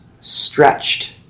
stretched